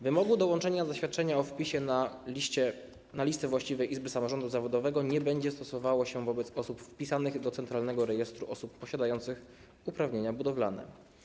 Wymogu dołączenia zaświadczenia o wpisie na listę właściwej izby samorządu zawodowego nie będzie stosowało się wobec osób wpisanych do centralnego rejestru osób posiadających uprawnienia budowlane.